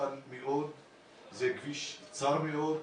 זה כביש צר מאוד,